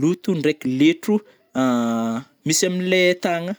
loto ndraiky letro a misy amle tagna.